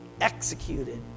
executed